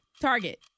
Target